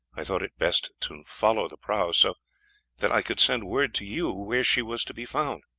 i thought it best to follow the prahu, so that i could send word to you where she was to be found.